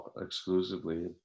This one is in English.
exclusively